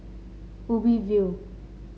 Ubi View